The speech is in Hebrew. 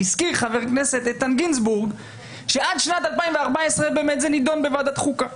הזכיר חבר הכנסת איתן גינזבורג שעד שנת 2014 זה נידון בוועדת החוקה,